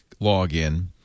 login